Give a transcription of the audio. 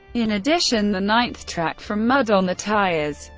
in addition, the ninth track from mud on the tires,